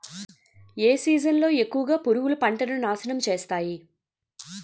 ఏ season లో ఎక్కువుగా పురుగులు పంటను నాశనం చేస్తాయి?